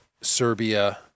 Serbia